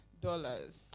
dollars